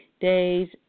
days